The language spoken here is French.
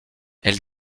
elle